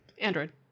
Android